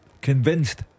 convinced